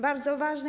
Bardzo ważne.